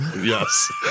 Yes